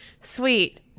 sweet